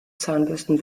zahnbürsten